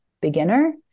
beginner